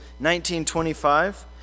1925